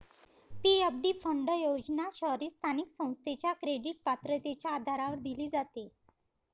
PFD fund योजना शहरी स्थानिक संस्थेच्या क्रेडिट पात्रतेच्या आधारावर दिली जाते